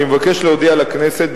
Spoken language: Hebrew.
אני מבקש להודיע לכנסת,